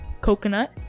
Coconut